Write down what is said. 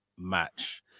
match